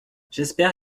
j’espère